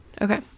okay